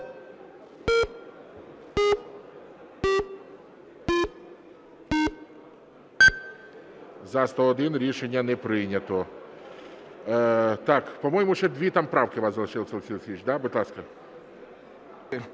За-107 Рішення не прийнято.